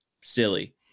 silly